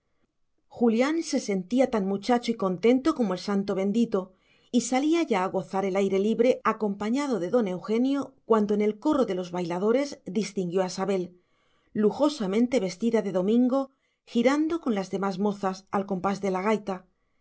julián se sentía tan muchacho y contento como el santo bendito y salía ya a gozar el aire libre acompañado de don eugenio cuando en el corro de los bailadores distinguió a sabel lujosamente vestida de domingo girando con las demás mozas al compás de la gaita